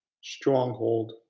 stronghold